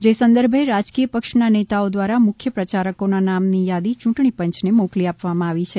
જે સંદર્ભે રાજકીય પક્ષના નેતાઓ મુખ્ય પ્રચારકોના નામની યાદી યૂંટણી પંચને મોકલી આપવામાં આવી છે